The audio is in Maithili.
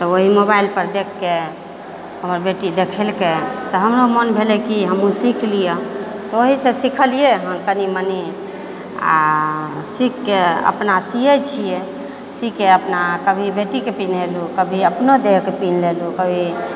तऽ वही मोबाइलपर देखिके हमर बेटी देखलकै तऽ हमरो मोन भेलै की हमहुँ सीखि लिअ तऽ ओहिसँ सीखलियै हन कनी मनी आओर सीखिके अपना सीयै छियै सीके अपना कभी बेटीके पीन्हेलहुँ कभी अपनो देहके पीन्ह लेलहुँ कभी